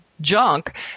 junk